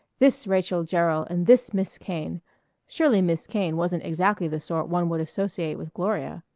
this rachael jerryl and this miss kane surely miss kane wasn't exactly the sort one would associate with gloria!